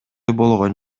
болгон